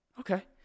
Okay